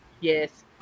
Yes